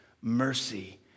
mercy